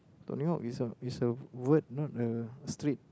Tony-Hawk is a is a word not a street